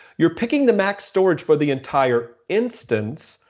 you're picking the max storage for the entire instance,